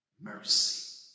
Mercy